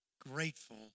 grateful